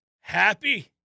Happy